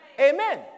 Amen